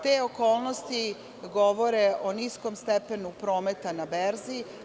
Te okolnosti govore o niskom stepenu prometa na berzi.